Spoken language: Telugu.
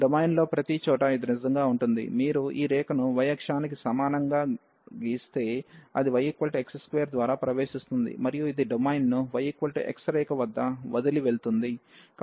డొమైన్లో ప్రతిచోటా ఇది నిజంగా ఉంటుంది మీరు ఈ రేఖను y అక్షానికి సమాంతరంగా గీస్తే అది yx2 ద్వారా ప్రవేశిస్తుంది మరియు ఇది డొమైన్ను yx రేఖ వద్ద వదిలి వెళ్తుంది